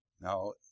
Now